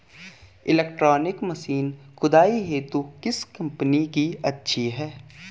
Electronic machine खुदाई हेतु किस कंपनी की अच्छी है?